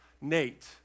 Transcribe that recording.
Nate